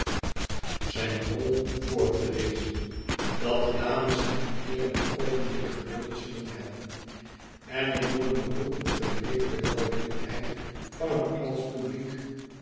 zijn rol voor te lezen dat de dames en heeren een oogenblik geduld zullen hebben en ik doe een beroep op debeleefde welwillendheid van een engelsch publiek